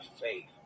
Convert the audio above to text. faith